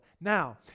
now